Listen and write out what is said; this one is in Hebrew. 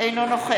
נא לשבת